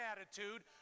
attitude